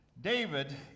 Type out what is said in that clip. david